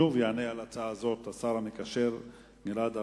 שוב, גם על ההצעה הזאת יענה השר המקשר גלעד ארדן.